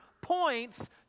points